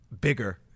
Bigger